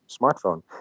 smartphone